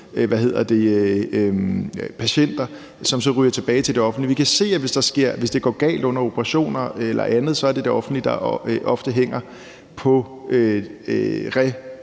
patienter, som så ryger tilbage til det offentlige. Vi kan se, at hvis det går galt under operationer eller andet, så er det ofte det offentlige, der hænger på